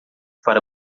para